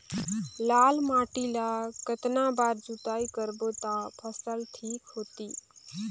लाल माटी ला कतना बार जुताई करबो ता फसल ठीक होती?